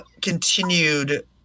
continued